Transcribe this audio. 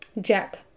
Jack